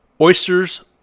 oysters